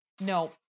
no